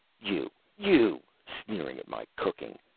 you you sneering at my cooking.